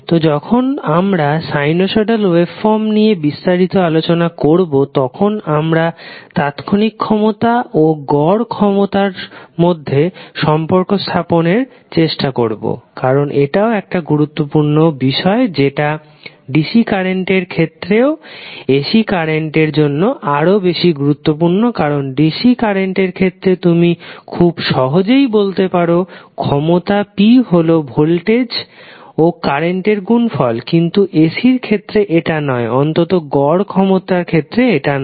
তো যখন আমরা সাইনোসয়ডাল ওয়েভফর্ম নিয়ে বিস্তারিত আলোচনা করবো তখন আমরা তাৎক্ষণিক ক্ষমতা ও গড় ক্ষমতার মধ্যে সম্পর্ক স্থাপনের চেষ্টা করবো কারণ এটাও একটা গুরুত্বপূর্ণ বিষয় যেটা DC কারেন্ট এর থেকেও AC কারেন্ট এর জন্য আরও বেশি গুরুত্বপূর্ণ কারণ DC কারেন্ট এর ক্ষেত্রে তুমি খুব সহজেই বলতে পারো ক্ষমতা p হল ভোল্টেজ আর কারেন্ট এর গুনফল কিন্তু AC র ক্ষেত্রে এটা নয় অন্তত গড় ক্ষমতার ক্ষেত্রে এটা নয়